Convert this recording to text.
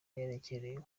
yakererewe